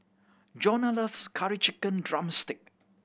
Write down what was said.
Jonna loves Curry Chicken drumstick